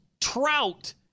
trout